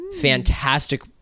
Fantastic